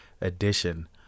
edition